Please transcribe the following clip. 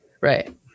Right